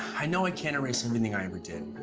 i know i can't erase everything i ever did,